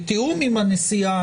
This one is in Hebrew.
בתיאום עם הנשיאה,